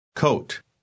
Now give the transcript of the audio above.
Coat